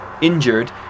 injured